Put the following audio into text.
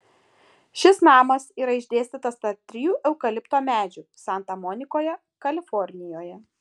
šis namas yra išdėstytas tarp trijų eukalipto medžių santa monikoje kalifornijoje